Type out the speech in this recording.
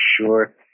sure